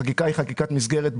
החקיקה היא חקיקת מסגרת בלבד.